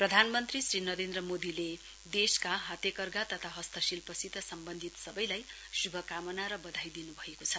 प्रधानमन्त्री श्री नरेन्द्र मोदीले देशका हातेकर्धा तथा हस्तशिल्पसित सम्वन्धित सबैलाई श्भकामना र बधाई दिन्भएको छ